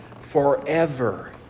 forever